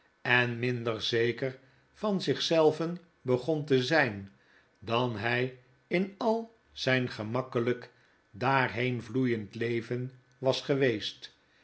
en minder zeker van zich zelven begon te zgn dan hg in al zyngemakkelijk daarheen vloeiend leven was geweest